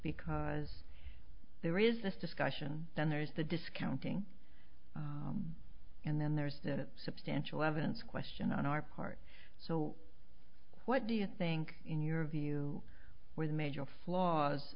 because there is this discussion then there's the discounting and then there's the substantial evidence question on our part so what do you think in your view where the major flaws